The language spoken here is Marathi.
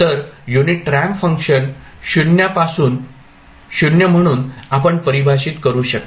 तर युनिट रॅम्प फंक्शन 0 म्हणून आपण परिभाषित करू शकता